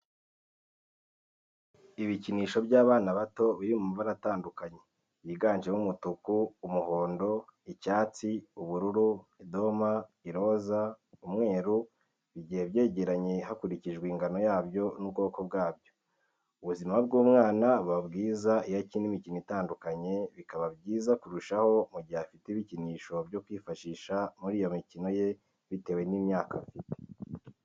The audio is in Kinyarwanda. Ibikinisho by'abana bato biri mu mabara atandukanye yiganjemo umutuku, umuhondo, icyatsi, ubururu, idoma, iroza, umweru, bigiye byegeranye hakurikijwe ingano yabyo n'ubwoko bwabyo, ubuzima bw'umwana buba bwiza iyo akina imikino itandukanye, bikaba byiza kurushaho mu gihe afite ibikinisho byo kwifashisha muri iyo mikino ye bitewe n'imyaka afite.